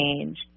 change